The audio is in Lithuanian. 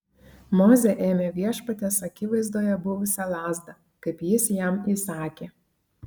mozė ėmė viešpaties akivaizdoje buvusią lazdą kaip jis jam įsakė